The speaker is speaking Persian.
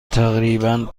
تقریبا